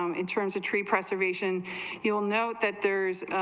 um in terms of tree preservation you'll note that there is,